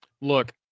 Look